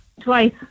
Twice